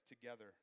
together